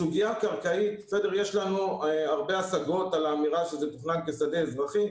בסוגיה הקרקעית יש לנו הרבה השגות על האמירה שזה תוכנן כשדה אזרחי.